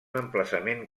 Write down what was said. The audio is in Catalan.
emplaçament